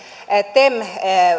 tem